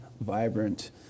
vibrant